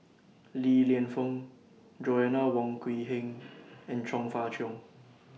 Li Lienfung Joanna Wong Quee Heng and Chong Fah Cheong